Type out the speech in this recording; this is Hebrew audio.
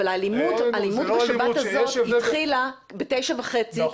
אבל האלימות בשבת הזאת התחילה בתשע וחצי --- נכון.